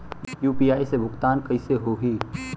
UPI से भुगतान कइसे होहीं?